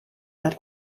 that